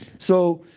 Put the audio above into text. so